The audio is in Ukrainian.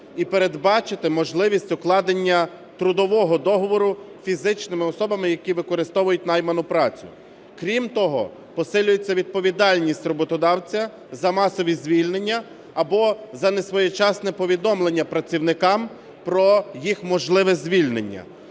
і передбачити можливість укладення трудового договору фізичними особами, які використовують найману працю. Крім того, посилюється відповідальність роботодавця за масові звільнення або за несвоєчасне повідомлення працівникам про їх можливе звільнення.